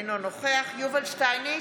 אינו נוכח יובל שטייניץ,